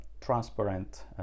transparent